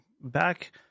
back